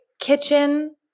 kitchen